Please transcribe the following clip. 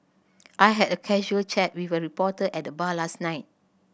I had a casual chat with a reporter at the bar last night